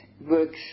works